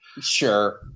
Sure